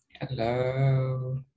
Hello